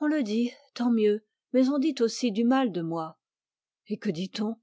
on le dit tant mieux mais on dit aussi du mal de moi et que dit-on